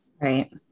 right